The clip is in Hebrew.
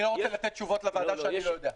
אני לא רוצה לתת תשובות לוועדה שאני לא יודע.